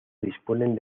disponen